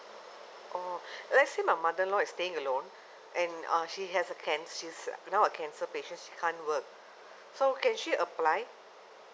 oh let's say my mother in law is staying alone and uh she has a cancer she's now a cancer patient she can't work so can she apply